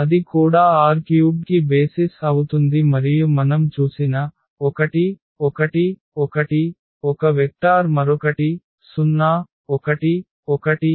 అది కూడా R³ కి బేసిస్ అవుతుంది మరియు మనం చూసిన 1 1 1 ఒక వెక్టార్ మరొకటి 0 1 1